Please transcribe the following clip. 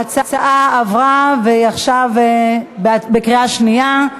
ההצעה עברה עכשיו בקריאה שנייה.